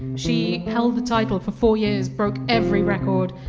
she held the title for four years, broke every record.